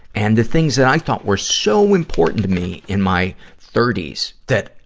and the things that i thought were so important to me in my thirty s, that,